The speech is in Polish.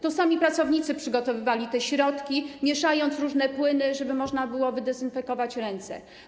To sami pracownicy przygotowywali te środki, mieszając różne płyny, żeby można było zdezynfekować ręce.